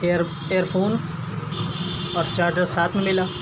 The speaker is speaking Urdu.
ایئر ایئر فون اور چارجر ساتھ میں ملا